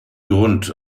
grund